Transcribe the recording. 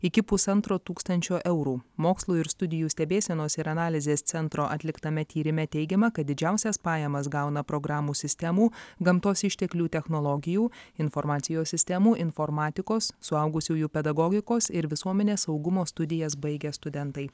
iki pusantro tūkstančio eurų mokslo ir studijų stebėsenos ir analizės centro atliktame tyrime teigiama kad didžiausias pajamas gauna programų sistemų gamtos išteklių technologijų informacijos sistemų informatikos suaugusiųjų pedagogikos ir visuomenės saugumo studijas baigę studentai